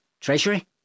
Treasury